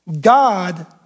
God